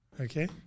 Okay